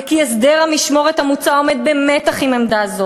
וכי הסדר המשמורת המוצע עומד במתח עם עמדה זו.